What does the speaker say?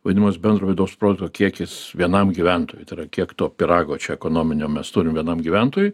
vadinos bendro vidaus produkto kiekis vienam gyventojui tai yra kiek to pyrago čia ekonominio mes turim vienam gyventojui